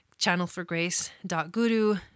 channelforgrace.guru